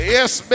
Yes